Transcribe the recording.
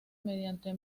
mediante